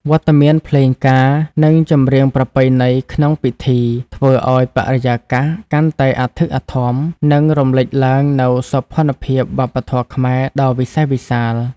វត្តមានភ្លេងការ និងចម្រៀងប្រពៃណីក្នុងពិធី ធ្វើឱ្យបរិយាកាសកាន់តែអធិកអធម និងរំលេចឡើងនូវសោភ័ណភាពវប្បធម៌ខ្មែរដ៏វិសេសវិសាល ។